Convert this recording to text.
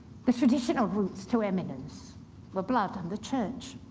the traditional routes to eminence were blood and the church,